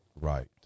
right